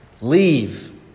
leave